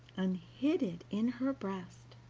and hid it in her breast,